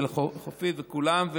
חופית וכולם,